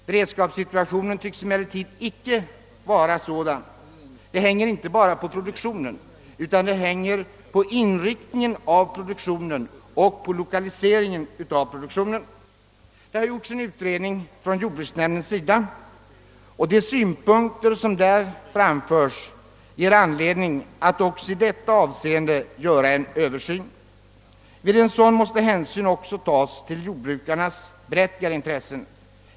Beredskapssituationen tycks emellertid inte vara sådan. Det sammanhänger inte bara med produktionen utan också med inriktningen och lokaliseringen av denna. Jordbruksnämnden har gjort en utredning, och de synpunkter som framförs i den ger anledning att också i detta avseende göra en översyn. Vid en sådan måste hänsyn tas också till jordbrukarnas berättigade intressen.